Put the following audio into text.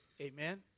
Amen